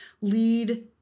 lead